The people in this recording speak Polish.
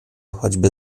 choćby